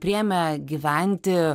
priėmė gyventi